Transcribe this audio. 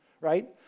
right